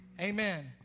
Amen